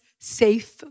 safe